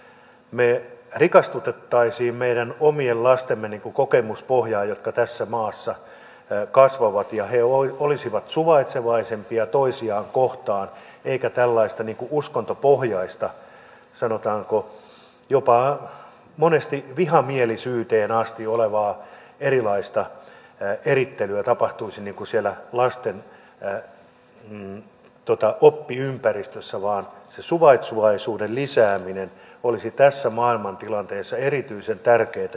me rikastuttaisimme niiden meidän omien lastemme kokemuspohjaa jotka tässä maassa kasvavat ja he olisivat suvaitsevaisempia toisiaan kohtaan eikä tällaista erilaista uskontopohjaista sanotaanko monesti jopa vihamielisyyteen asti menevää erittelyä tapahtuisi siellä lasten oppiympäristössä vaan se suvaitsevaisuuden lisääminen olisi tässä maailmantilanteessa erityisen tärkeätä